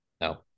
No